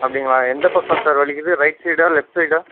அப்படிங்களா எந்த பக்கம் சார் வலிக்குது ரைட் சைடா லெஃப்ட் சைடா